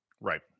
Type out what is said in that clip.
right